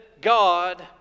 God